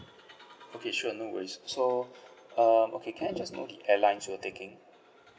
okay sure no worries so um okay can I just know the airlines you were taking